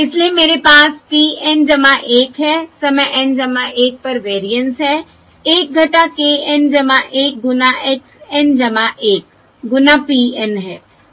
इसलिए मेरे पास p N 1 है समय N 1 पर वेरिएंस है 1 k N 1 गुणा x N 1 गुणा p N है